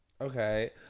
Okay